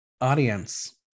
Audience